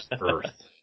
Earth